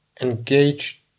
engaged